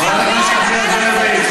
חברת הכנסת נחמיאס ורבין,